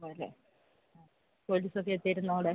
ഉവ്വല്ലേ ആ പോലീസൊക്കെ എത്തിയിരുന്നോ അവിടെ